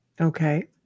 Okay